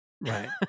Right